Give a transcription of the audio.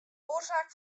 oarsaak